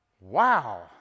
Wow